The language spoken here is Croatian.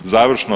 Završno.